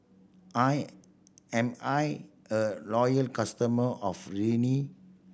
I am I a loyal customer of Rene